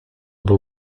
był